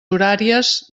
horàries